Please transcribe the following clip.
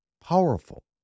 powerful